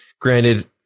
Granted